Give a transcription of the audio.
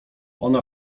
ona